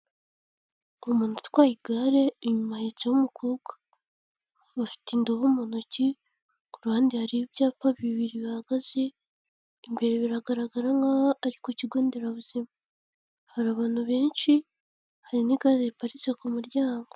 Umuntu utwaye igare, inyuma ahetseho umukobwa, bafite indobo mu ntoki, ku ruhande hari ibyapa bibiri bihagaze, imbere biragaragara nk'aho ari ku kigo nderabuzima, hari abantu benshi hari n'igare riparitse ku muryango.